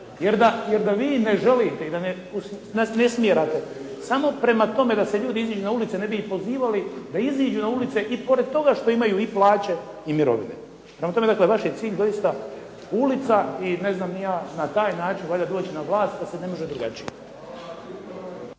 jer da vi ne želite i da … /Govornik se ne razumije./… samo prema tome da se ljudi iziđu na ulice ne bi ih pozivali da iziđu na ulice i pored toga što imaju i plaće i mirovine. Prema tome, dakle vaš je cilj doista ulica i ne znam ni ja, na taj način valjda doći na vlast kad se ne može drugačije.